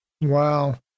Wow